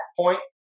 point